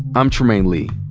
i'm trymaine lee.